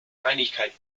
einigkeit